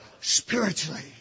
spiritually